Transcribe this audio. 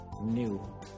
new